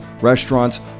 restaurants